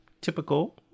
typical